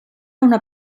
una